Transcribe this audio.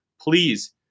please